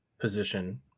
position